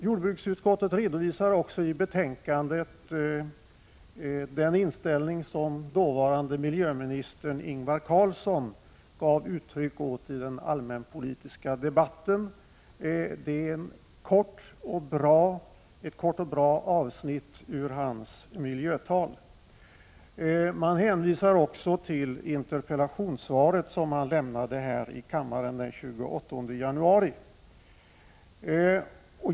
Jordbruksutskottet redovisar också i betänkandet den inställning som dåvarande miljöministern Ingvar Carlsson gav uttryck åt i den allmänpolitis || ka debatten. Det är ett kort och bra avsnitt ur hans miljötal. Utskottet hänvisar även till det interpellationssvar som han lämnade i kammaren den 28 januari.